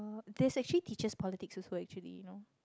there's actually teachers politics also actually you know